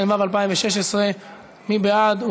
התשע"ו 2016. מי בעד?